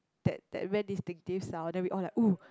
that that very distinctive sound then we all like oh